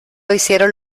hicieron